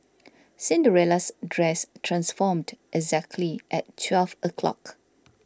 Cinderella's dress transformed exactly at twelve o'clock